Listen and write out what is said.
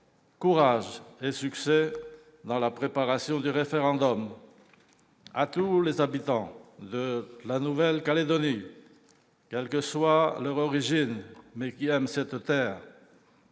courage et succès dans la préparation du référendum. À tous les habitants de la Nouvelle-Calédonie, quelle que soit leur origine, je veux redire